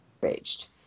raged